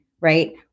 right